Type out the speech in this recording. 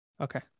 Okay